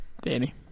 Danny